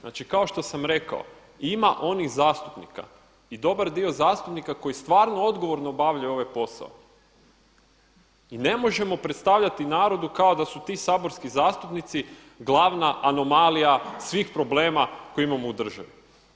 Znači kao što sam rekao ima onih zastupnika i dobar dio zastupnika koji stvarno odgovorno obavljaju ovaj posao i ne možemo predstavljati narodu kao da su ti saborski zastupnici glavna anomalija svih problema svih problema koje imamo u državi.